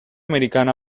americana